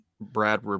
brad